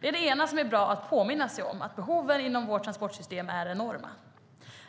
Det är bra att påminna sig om att behoven inom vårt transportsystem är enorma.